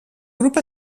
grup